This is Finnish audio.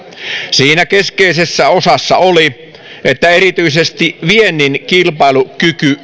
siinä keskeisessä osassa oli että erityisesti viennin kilpailukyky